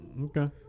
Okay